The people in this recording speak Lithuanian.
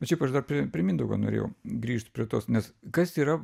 bet šiaip aš dar prie prie mindaugo norėjau grįžt prie tos nes kas yra